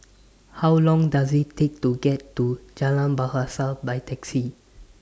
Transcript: How Long Does IT Take to get to Jalan Bahasa By Taxi